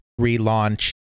relaunch